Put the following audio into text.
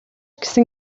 гэсэн